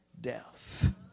death